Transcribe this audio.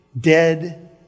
dead